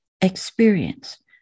experience